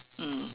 mm